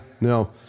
no